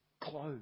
clothes